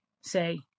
say